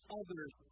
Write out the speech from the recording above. others